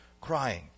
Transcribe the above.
crying